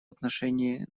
отношении